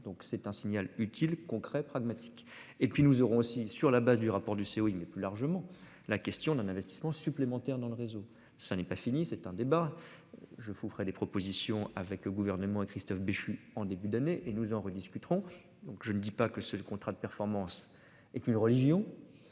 donc c'est un signal utile concret pragmatique et puis nous aurons aussi sur la base du rapport du CO il mais plus largement la question d'un investissement supplémentaire dans le réseau, ça n'est pas fini, c'est un débat je ferai des propositions avec le gouvernement et Christophe Béchu en début d'année et nous en rediscuterons donc je ne dis pas que ce contrat de performance est une religion